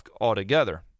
altogether